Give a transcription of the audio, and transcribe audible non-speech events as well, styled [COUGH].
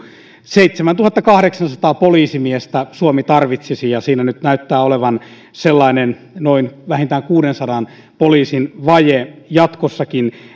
seitsemäntuhattakahdeksansataa poliisimiestä suomi tarvitsisi ja siinä nyt näyttää olevan sellainen vähintään kuudensadan poliisin vaje jatkossakin [UNINTELLIGIBLE]